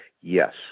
Yes